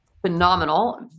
phenomenal